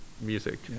music